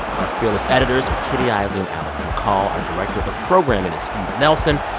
our fearless editors are kitty eisele and alex mccall. our director of programming is steve nelson.